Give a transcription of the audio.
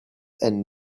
and